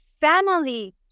family